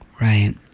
Right